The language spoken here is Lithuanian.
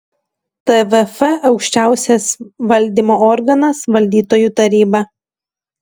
tvf aukščiausias valdymo organas valdytojų taryba